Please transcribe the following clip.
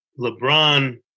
LeBron